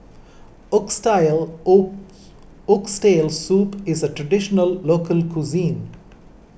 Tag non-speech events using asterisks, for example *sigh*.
*unintelligible* O Oxtail Soup is a Traditional Local Cuisine